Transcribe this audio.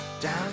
Down